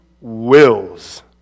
wills